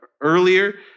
Earlier